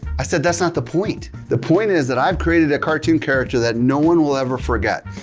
i said, that's not the point. the point is that i've created a cartoon character that no one will ever forget.